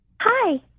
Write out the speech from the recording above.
Hi